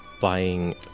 buying